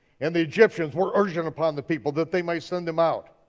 and the egyptians were urgent upon the people that they may send them out.